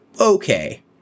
okay